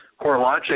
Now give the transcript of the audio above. CoreLogic